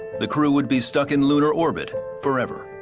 the crew would be stuck in lunar orbit forever.